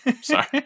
Sorry